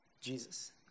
Jesus